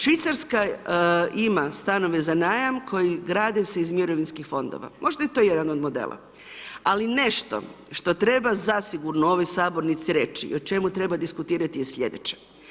Švicarska ima stanove za najam koji grade se iz mirovinskih fondova, možda je to jedan od modela, ali nešto što treba zasigurno u ovoj Sabornici reći i o čemu treba diskutirati je sljedeće.